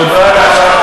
יש לי רק הערה אחת, תודה.